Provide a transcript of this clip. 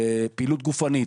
של פעילות גופנית,